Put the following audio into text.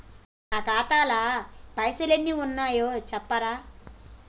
నా ఖాతా లా పైసల్ ఎన్ని ఉన్నాయో చెప్తరా?